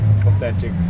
authentic